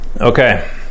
Okay